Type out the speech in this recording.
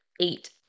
eight